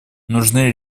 нужны